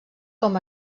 com